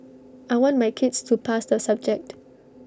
I want my kids to pass the subject